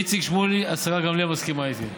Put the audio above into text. איציק שמולי, השרה גמליאל מסכימה איתי.